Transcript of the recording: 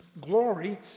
glory